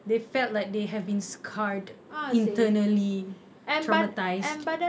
they felt like they have been scarred internally traumatised